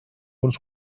uns